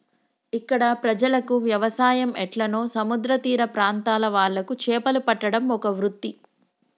ఇక్కడ ప్రజలకు వ్యవసాయం ఎట్లనో సముద్ర తీర ప్రాంత్రాల వాళ్లకు చేపలు పట్టడం ఒక వృత్తి